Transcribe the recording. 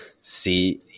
see